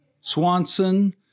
Swanson